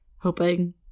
hoping